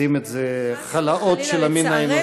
עושים את זה חלאות של המין האנושי.